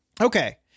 okay